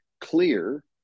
clear